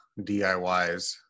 DIYs